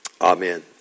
Amen